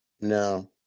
no